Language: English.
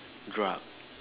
drug